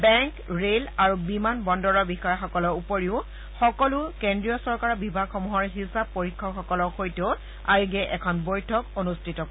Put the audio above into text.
bank rail আৰু বিমান বন্দৰৰ বিষয়াসকলৰ উপৰিও সকলো কেন্দ্ৰীয় চৰকাৰৰ বিভাগসমূহৰ হিচাপ পৰীক্ষকসকলৰ সৈতেও এখন বৈঠকত অনুষ্ঠিত কৰিব